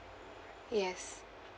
yes